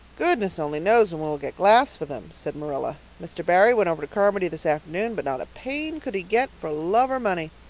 goodness only knows when we'll get glass for them, said marilla. mr. barry went over to carmody this afternoon but not a pane could he get for love or money.